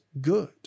good